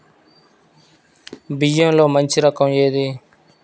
బియ్యంలో మంచి రకం ఏది?